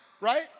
Right